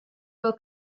will